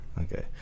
Okay